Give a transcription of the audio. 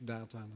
Data